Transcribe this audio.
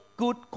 good